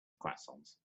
croissants